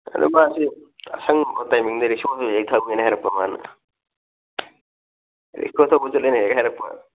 ꯑꯗꯨ ꯃꯥꯁꯦ ꯑꯁꯪꯕ ꯇꯥꯏꯃꯤꯡꯗ ꯔꯤꯛꯁꯣ ꯍꯜꯂꯛꯑꯦ ꯊꯝꯒꯅꯦ ꯍꯥꯏꯔꯛꯄ ꯃꯥꯅ ꯔꯤꯛꯁꯣ ꯊꯧꯕ ꯆꯠꯂꯦꯅ ꯍꯦꯛ ꯍꯥꯏꯔꯛꯄ